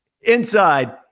Inside